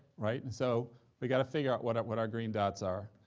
right? and so we got to figure out what out what our green dots are,